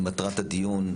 ומטרת הדיון,